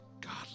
God